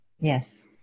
yes